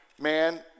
man